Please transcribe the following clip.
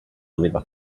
doveva